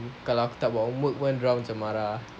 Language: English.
kalau aku tak buat homework pun dorang macam marah